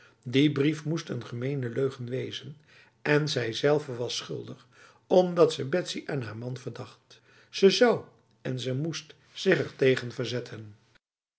die brief moest een gemene leugen wezen en zijzelve was schuldig omdat ze betsy en haar man verdacht ze zou en ze moest zich ertegen verzetten